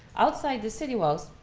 outside the city walls,